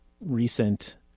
recent